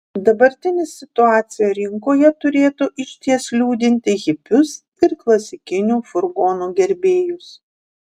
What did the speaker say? dabartinė situacija rinkoje turėtų išties liūdinti hipius ir klasikinių furgonų gerbėjus